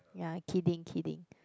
ya kidding kidding